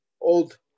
old